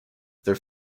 their